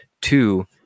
Two